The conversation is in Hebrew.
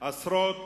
עשרות